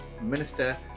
Minister